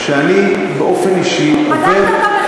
אני רוצה לומר לך שאני באופן אישי עובד,